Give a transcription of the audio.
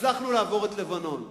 הצלחנו לעבור את לבנון.